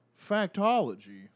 factology